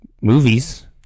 movies